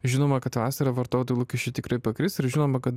žinoma kad vasarą vartotojų lūkesčiai tikrai pakris ir žinoma kad